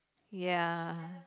ya